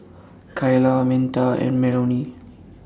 Kayla Minta and Melonie